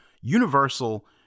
Universal